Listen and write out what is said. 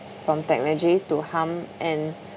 from technology to harm and